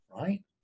right